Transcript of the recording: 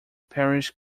parish